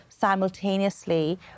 simultaneously